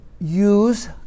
Use